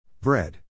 Bread